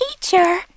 teacher